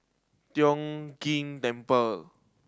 Tiong Ghee Temple